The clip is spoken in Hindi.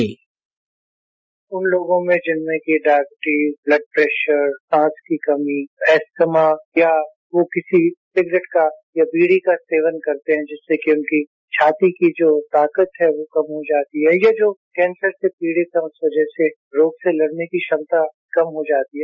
साउंड बाईट उन लोगों में जिनमें कि डायबिटीज ब्लडप्रेशर सांस की कमी अस्थमा या वह किसी सिगरेट का या बिड़ी का सेवन करते हैं जिससे उनकी छाती की जो ताकत है वह कम हो जाती है या जो कैंसर से पीड़ित हैं उस वजह से रोग से लड़ने की क्षमता कम हो जाती है